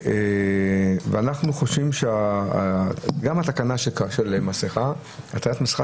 אנחנו חושבים שגם התקנה של עטיית מסכה